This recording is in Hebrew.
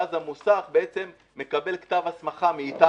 ואז המוסך מקבל כתב הסמכה מאתנו,